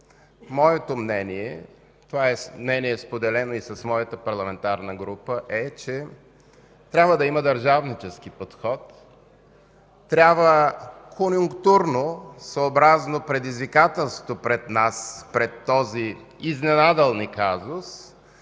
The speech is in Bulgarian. моето мнение е, това е мнение споделено и с моята парламентарна група, че трябва да има държавнически подход, трябва конюнктурно, съобразно предизвикателството пред нас, пред този изненадал ни казус,